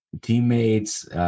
teammates